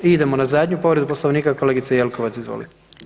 I idemo na zadnju povredu Poslovnika, kolegice Jelkovac, izvolite.